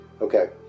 Okay